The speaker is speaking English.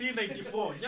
1994